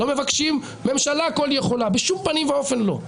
לא מבקשים ממשלה כל יכולה, בשום פנים ואופן לא.